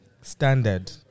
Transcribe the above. Standard